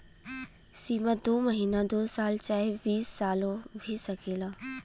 सीमा दू महीना दू साल चाहे बीस सालो भी सकेला